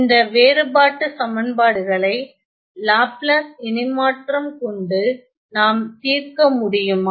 இந்த வேறுபாட்டு சமன்பாடுகளை லாப்லாஸ் இணைமாற்றம் கொண்டு நாம் தீர்க்க முடியுமா